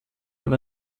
aber